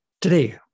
Today